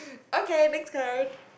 okay next card